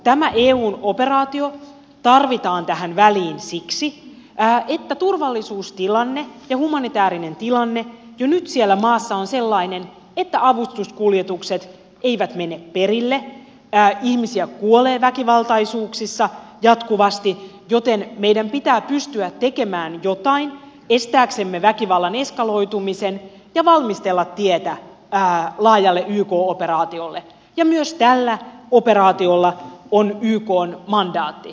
tämä eun operaatio tarvitaan tähän väliin siksi että turvallisuustilanne ja humanitäärinen tilanne jo nyt siellä maassa on sellainen että avustuskuljetukset eivät mene perille ihmisiä kuolee väkivaltaisuuksissa jatkuvasti joten meidän pitää pystyä tekemään jotain estääksemme väkivallan eskaloitumisen ja valmistella tietä laajalle yk operaatiolle ja myös tällä operaatiolla on ykn mandaatti